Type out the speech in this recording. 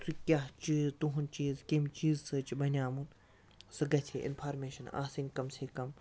سُہ کیٛاہ چیٖز تُہُنٛد چیٖز کَمہِ چیٖز سۭتۍ چھُ بَنیٛومُت سُہ گَژھِ ہے اِنفارمیشَن آسٕنۍ کم سے کم